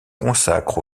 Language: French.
consacrent